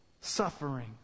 suffering